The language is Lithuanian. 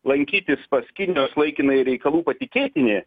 lankytis pas kinijos laikinąjį reikalų patikėtinį